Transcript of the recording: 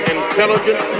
intelligent